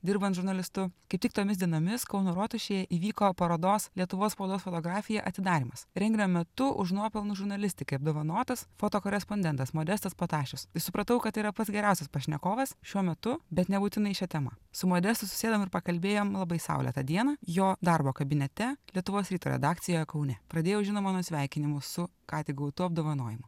dirbant žurnalistu kaip tik tomis dienomis kauno rotušėje įvyko parodos lietuvos spaudos fotografija atidarymas renginio metu už nuopelnus žurnalistikai apdovanotas fotokorespondentas modestas patašius supratau kad tai yra pats geriausias pašnekovas šiuo metu bet nebūtinai šia tema su modestu susėdom ir pakalbėjom labai saulėtą dieną jo darbo kabinete lietuvos ryto redakcijoje kaune pradėjau žinoma nuo sveikinimų su ką tik gautu apdovanojimu